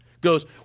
goes